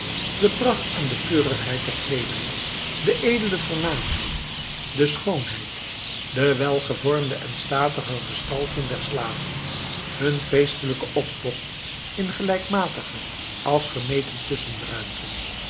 de pracht en de keurigheid der kleederen de edele voornaamheid de schoonheid de welgevormde en statige gestalten der slaven hun feestelijke optocht in gelijkmatige afgemeten tusschenruimten